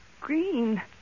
green